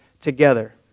together